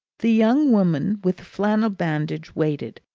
the young woman with the flannel bandage waited,